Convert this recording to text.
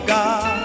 God